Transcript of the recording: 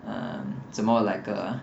怎么 like um